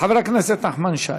חבר הכנסת נחמן שי.